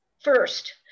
first